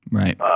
right